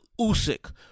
Usyk